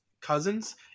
Cousins